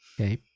okay